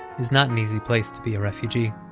is not an easy place to be a refugee